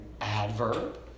adverb